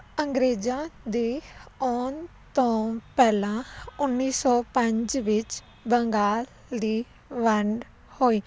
ਅੰਗਰੇਜ਼ਾਂ ਦੇ ਆਉਣ ਤੋਂ ਪਹਿਲਾਂ ਉੱਨੀ ਸੌ ਪੰਜ ਵਿੱਚ ਬੰਗਾਲ ਦੀ ਵੰਡ ਹੋਈ